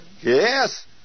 Yes